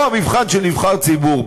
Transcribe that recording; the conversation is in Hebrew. פה המבחן של נבחר ציבור,